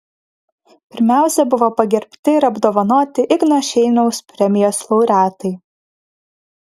pirmiausia buvo pagerbti ir apdovanoti igno šeiniaus premijos laureatai